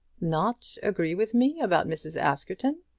not agree with me about mrs. askerton!